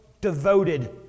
devoted